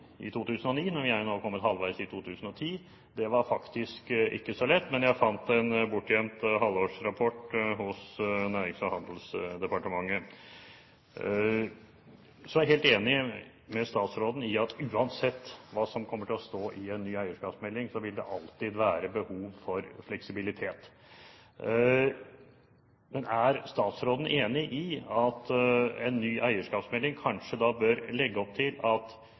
i 2009 – vi er jo nå kommet halvveis ut i 2010. Det var faktisk ikke så lett, men jeg fant en bortgjemt halvårsrapport hos Nærings- og handelsdepartementet. Så er jeg helt enig med statsråden i at uansett hva som kommer til å stå i en ny eierskapsmelding, vil det alltid være behov for fleksibilitet. Men er statsråden enig i at en ny eierskapsmelding kanskje da bør legge opp til at